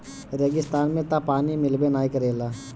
रेगिस्तान में तअ पानी मिलबे नाइ करेला